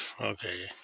okay